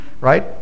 right